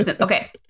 okay